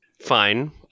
Fine